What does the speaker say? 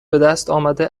بهدستآمده